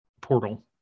portal